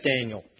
Daniel